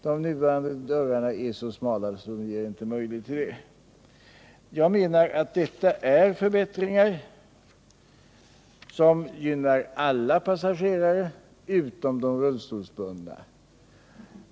De nuvarande dörrarna är så smala att detta inte är möjligt. Jag menar att dessa förbättringar gynnar alla passagerare utom de rullstolsbundna.